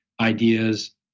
ideas